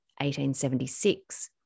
1876